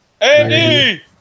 Andy